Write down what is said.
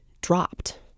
dropped